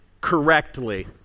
correctly